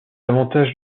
avantages